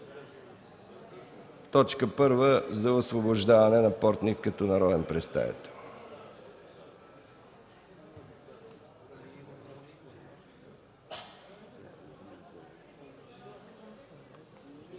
точка първа за освобождаване на Портних като народен представител.